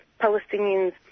Palestinians